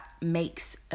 makes